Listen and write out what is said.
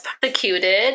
persecuted